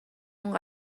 اون